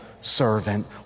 servant